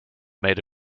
made